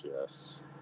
Yes